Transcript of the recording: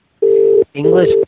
English